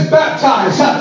baptized